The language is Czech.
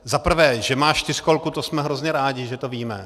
Za prvé, že má čtyřkolku, to jsme hrozně rádi, že to víme.